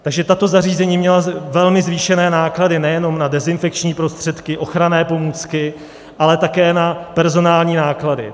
Takže tato zařízení měla velmi zvýšené náklady nejenom na dezinfekční prostředky, ochranné pomůcky, ale také na personální náklady.